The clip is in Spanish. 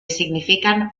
significan